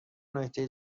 نکته